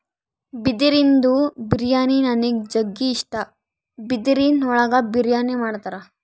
ಬಿದಿರಿಂದು ಬಿರಿಯಾನಿ ನನಿಗ್ ಜಗ್ಗಿ ಇಷ್ಟ, ಬಿದಿರಿನ್ ಒಳಗೆ ಬಿರಿಯಾನಿ ಮಾಡ್ತರ